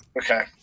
Okay